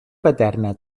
paterna